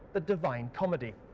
the divine comedy.